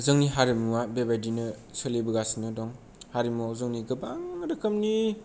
जोंनि हारिमुवा बेबादिनो सोलिबोगासिनो दं हारिमुवाव जोंनि गोबां रोखोमनि